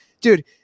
Dude